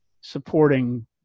supporting